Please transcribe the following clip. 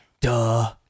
duh